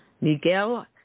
Miguel